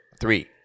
three